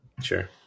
Sure